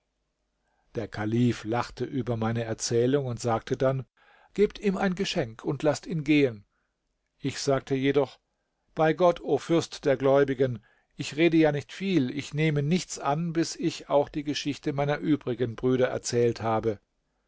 der kalif lachte über meine erzählung und sagte gebt ihm ein geschenk und laßt ihn gehen ich sagte jedoch bei gott o fürst der gläubigen ich rede ja nicht viel ich nehme nichts an bis ich auch die geschichte meiner übrigen brüder erzählt habe